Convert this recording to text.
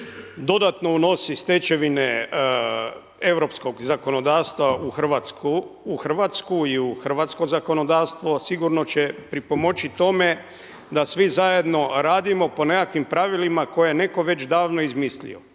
dodatno unosi stečevine europskog zakonodavstva u Hrvatsku i hrvatsko zakonodavstvo sigurno će pripomoći tome da svi zajedno radimo po nekakvim pravilima koje je netko već davno izmislio.